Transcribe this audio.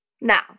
Now